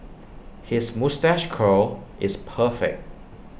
his moustache curl is perfect